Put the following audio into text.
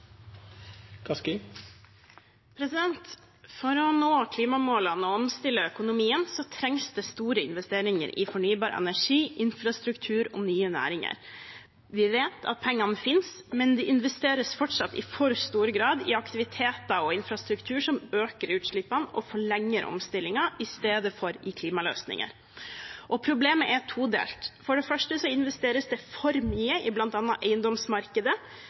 For å nå klimamålene og omstille økonomien trengs det store investeringer i fornybar energi, infrastruktur og nye næringer. Vi vet at pengene finnes, men de investeres fortsatt i for stor grad i aktiviteter og infrastruktur som øker utslippene og forlenger omstillingen, i stedet for i klimaløsninger. Problemet er todelt: For det første investeres det for mye i bl.a. i eiendomsmarkedet